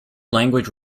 language